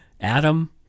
Adam